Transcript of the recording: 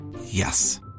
Yes